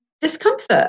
Discomfort